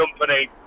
company